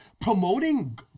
promoting